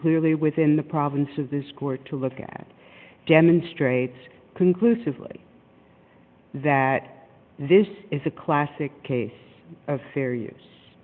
clearly within the province of this court to look at demonstrates conclusively that this is a classic case of serious